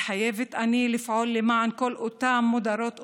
מתחייבת אני לפעול למען כל אותם מודרות ומודרים,